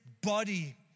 body